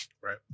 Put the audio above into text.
Right